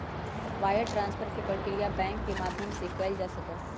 wire transfer के प्रक्रिया bank के माध्यम से ही कइल जा सका हई